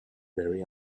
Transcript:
very